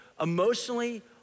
emotionally